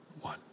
one